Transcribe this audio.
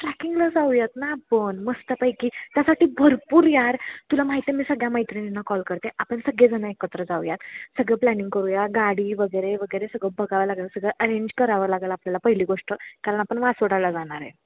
ट्रॅकिंगला जाऊयात ना आपण मस्तपैकी त्यासाठी भरपूर यार तुला माहिती आहे मी सगळ्या मैत्रिणींना कॉल करते आपण सगळेजण एकत्र जाऊयात सगळं प्लॅनिंग करूया गाडी वगैरे वगैरे सगळं बघावं लागेल सगळं अरेंज करावं लागेल आपल्याला पहिली गोष्ट कारण आपण वासोटाला जाणार आहे